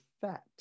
fat